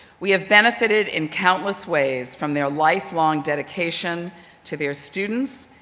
we have benefited in countless ways from their lifelong dedication to their students,